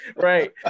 Right